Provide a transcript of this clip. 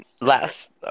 last